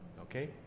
Okay